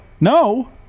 No